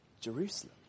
Jerusalem